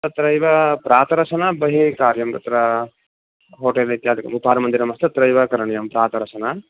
तत्रैव प्रातरशना बहिः कार्या तत्र होटेल् इत्यादिकम् उपाहारमन्दिरम् अस्ति तत्रैव करणीयं प्रातरशनाम्